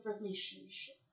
relationship